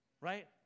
right